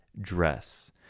dress